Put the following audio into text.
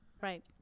Right